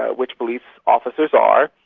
ah which police officers are,